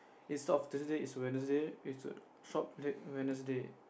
a not Thursday is Wednesday is shop late Wednesday